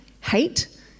hate